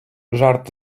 жарт